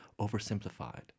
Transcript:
oversimplified